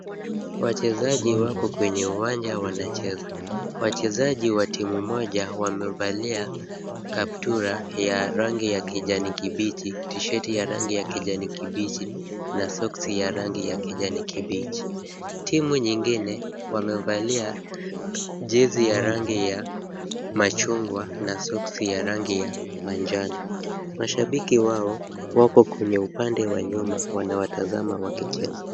Wachezaji wako kwenye uwanja wanacheza. Wachezaji wa timu moja wamevalia kaptura ya rangi ya kijani kibichi, tisheti ya rangi ya kijani kibichi na soksi ya rangi ya kijani kibichi. Timu nyingine wamevalia jezi ya rangi ya machungwa na soksi ya rangi ya majano. Mashabiki wao wako kwenye upande wa nyuma wanawatazama wakicheza.